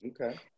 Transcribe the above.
Okay